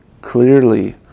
clearly